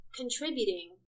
contributing